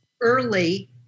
early